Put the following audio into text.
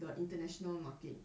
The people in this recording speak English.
the international market